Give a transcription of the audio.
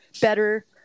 better